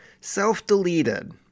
self-deleted